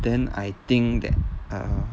then I think that err